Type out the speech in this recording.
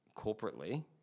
corporately